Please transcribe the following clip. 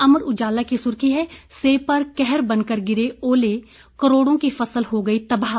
अमर उजाला की सुर्खी है सेब पर कहर बनकर गिरे ओले करोड़ों की फसल हो गई तबाह